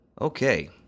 Okay